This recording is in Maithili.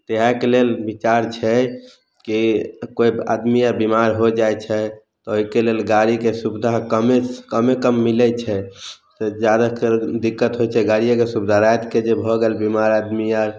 इएहके लेल बिचार छै की कोइ आदमी बिमाड़ हो जाइ छै ओहिके लेल गाड़ीके सुविधा कमे कमे कम मिलै छै से जादाकर दिक्कत होइ छै गाड़ियेके सुविधा रातिके जे भऽ गेल बिमाड़ आदमी आर